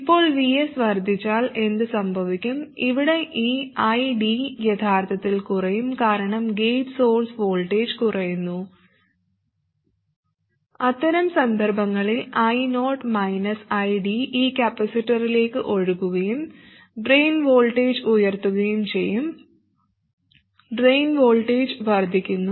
ഇപ്പോൾ Vs വർദ്ധിച്ചാൽ എന്ത് സംഭവിക്കും ഇവിടെ ഈ ID യഥാർത്ഥത്തിൽ കുറയും കാരണം ഗേറ്റ് സോഴ്സ് വോൾട്ടേജ് കുറയുന്നു അത്തരം സന്ദർഭങ്ങളിൽ I0 മൈനസ് ID ഈ കപ്പാസിറ്ററിലേക്ക് ഒഴുകുകയും ഡ്രെയിൻ വോൾട്ടേജ് ഉയർത്തുകയും ചെയ്യും ഡ്രെയിൻ വോൾട്ടേജ് വർദ്ധിക്കുന്നു